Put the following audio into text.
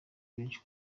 benshi